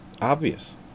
Obvious